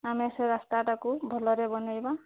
ଆମେ ସେ ରାସ୍ତାଟାକୁ ଭଲରେ ବନେଇବା